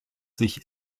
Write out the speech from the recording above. sich